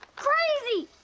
crazy!